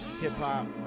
hip-hop